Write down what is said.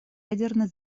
ядерной